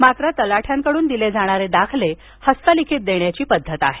मात्र तलाठ्यांकडून दिले जाणारे दाखले हस्तलिखित देण्याची पद्धत आहे